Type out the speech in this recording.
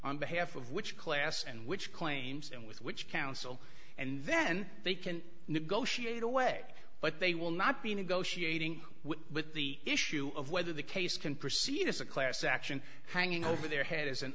on behalf of which class and which claims and with which counsel and then they can negotiate away but they will not be negotiating with the issue of whether the case can proceed as a class action hanging over their head as an